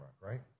right